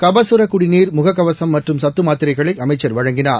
கபசுரக் குடிநீர் முகக்கவசம் மற்றும் சத்து மாத்திரைகளை அமைச்சர் வழங்கினார்